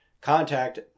contact